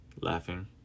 laughing